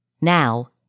now